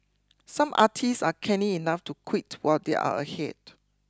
some artists are canny enough to quit while they are ahead